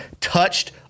touched